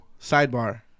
sidebar